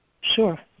Sure